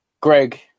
Greg